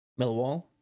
Millwall